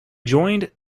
joined